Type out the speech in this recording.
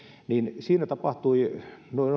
niin siinä tapahtui